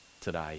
today